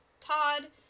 Todd